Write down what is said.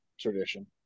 tradition